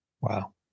Wow